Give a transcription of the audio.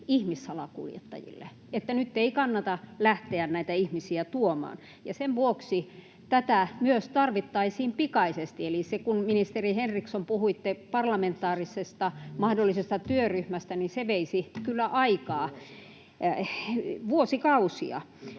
ihmissalakuljettajille, että nyt ei kannata lähteä näitä ihmisiä tuomaan, ja sen vuoksi tätä myös tarvittaisiin pikaisesti. Eli kun, ministeri Henriksson, puhuitte mahdollisesta parlamentaarisesta työryhmästä, niin se veisi kyllä vuosikausia